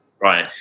right